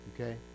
Okay